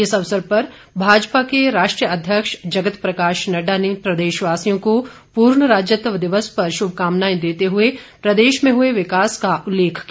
इस अवसर पर भाजपा के राष्ट्रीय अध्यक्ष जगत प्रकाश नड्डा ने प्रदेशवासियों को पूर्ण राज्यत्व दिवस पर शुभकामनाएं देते हुए प्रदेश में हुए विकास का उल्लेख किया